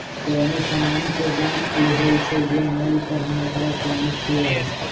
कोनो समान के दाम ऊ होइ छइ जे मोल पर हम ओकरा किनइ छियइ